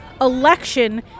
election